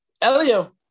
Elio